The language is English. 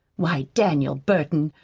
why, daniel burton,